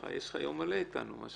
יש לך יום מלא אתנו גם